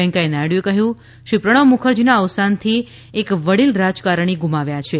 વેકૈયાહ નાયડુએ કહ્યું કે શ્રી પ્રણવ મુખરજીના અવસાનથી એક વડીલ રાજકારણી ગુમાવ્યા છે